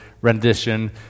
rendition